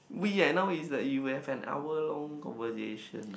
we eh now is like you have an hour long conversation